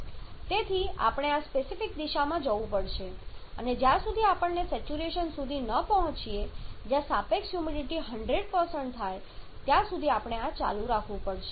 તેથી આપણે આ સ્પેસિફિક દિશામાં જવું પડશે અને જ્યાં સુધી આપણે સેચ્યુરેશન સુધી પહોંચીએ જ્યાં સાપેક્ષ હ્યુમિડિટી 100 થાય ત્યાં સુધી આપણે ચાલુ રાખવું પડશે